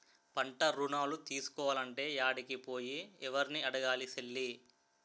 పంటరుణాలు తీసుకోలంటే యాడికి పోయి, యెవుర్ని అడగాలి సెల్లీ?